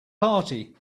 party